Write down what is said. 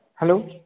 hello